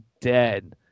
dead